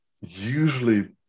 usually